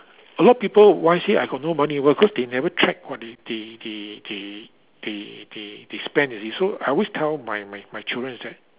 a lot people wisely I got no money you know why because they never track what they they they they they they they spend you see so I always tell my my my children is that